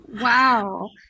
wow